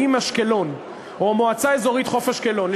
האם אשקלון או מועצה אזורית חוף-אשקלון,